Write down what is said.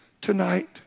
Tonight